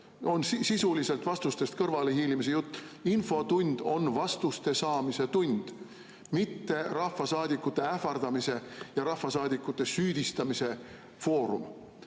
on sisuliselt vastustest kõrvalehiilimise jutt. Infotund on vastuste saamise tund, mitte rahvasaadikute ähvardamise ja rahvasaadikute süüdistamise foorum.